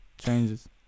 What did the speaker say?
Changes